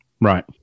Right